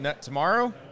tomorrow